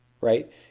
Right